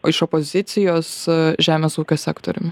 iš opozicijos žemės ūkio sektoriumi